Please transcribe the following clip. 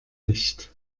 nicht